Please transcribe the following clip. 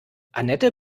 anette